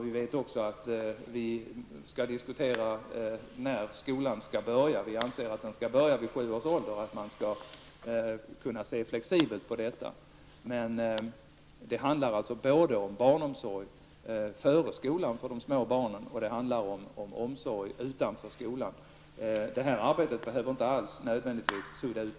Vi vet också att vi skall diskutera när barnen skall börja i skolan. Vi anser att barnen skall börja i skolan vid sju års ålder och att man skall kunna se flexibelt på detta. Det handlar alltså både om barnomsorgen före skolan för de små barnen och om omsorgen utanför skolan. Det här arbetet behöver inte nödvändigtvis innebära att gränser suddas ut.